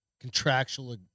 contractual